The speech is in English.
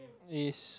is